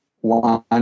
one